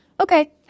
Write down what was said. Okay